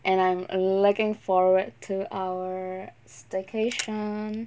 and I'm looking forward to our staycation